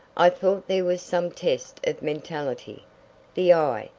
i thought there was some test of mentality the eye,